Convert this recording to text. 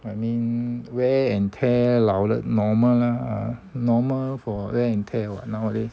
I mean wear and tear 老了 normal lah normal for wear and tear what nowadays